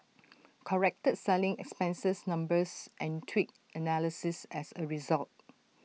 corrected selling expenses numbers and tweaked analyses as A result